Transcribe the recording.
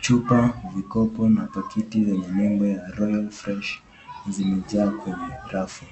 Chupa vikopo na pakiti zenye nembo ya 'Royal Fresh' zimejaa kwenye rafu.